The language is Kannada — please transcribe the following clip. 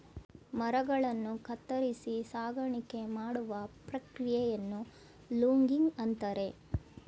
ಮರಗಳನ್ನು ಕತ್ತರಿಸಿ ಸಾಗಾಣಿಕೆ ಮಾಡುವ ಪ್ರಕ್ರಿಯೆಯನ್ನು ಲೂಗಿಂಗ್ ಅಂತರೆ